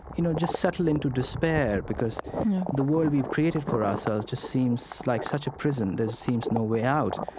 you know, just settle into despair, because the world we've created for ourselves just seems like such a prison. there seems no way out,